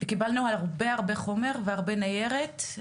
וקיבלנו הרבה הרבה חומר, והרבה ניירת.